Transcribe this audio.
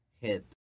hit